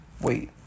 Wait